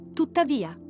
tuttavia